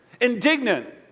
indignant